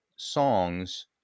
songs